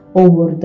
over